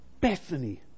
Bethany